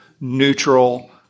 neutral